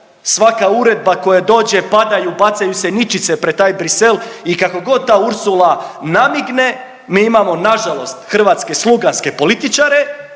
Svaka uredba koja dođe padaju, bacaju se ničice pred taj Bruxelles i kako god ta Ursula namigne mi imamo nažalost hrvatske sluganske političare